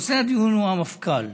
נושא הדיון הוא המפכ"ל.